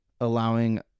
allowing